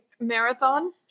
marathon